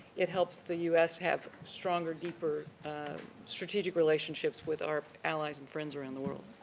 it helps the u s. have stronger, deeper strategic relationships with our allies and friends around the world.